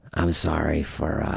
i'm sorry for